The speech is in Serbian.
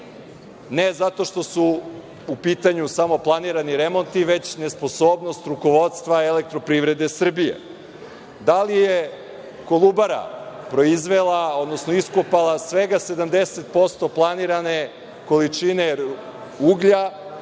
ne zato što su u pitanju samo planirani remonti, već nesposobnost rukovodstva EPS? Da li je Kolubara proizvela, odnosno iskopala svega 70% planirane količine uglja